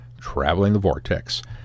travelingthevortex